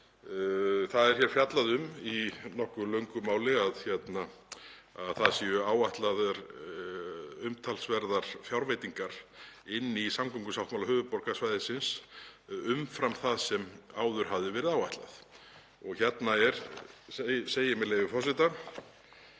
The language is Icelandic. Það er hér fjallað um í nokkuð löngu máli að það séu áætlaðar umtalsverðar fjárveitingar inn í samgöngusáttmála höfuðborgarsvæðisins umfram það sem áður hafði verið áætlað. Hérna segir, með leyfi forseta: